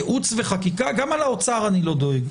ייעוץ וחקיקה גם על האוצר אני לא דואג.